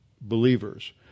believers